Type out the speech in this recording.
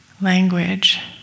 language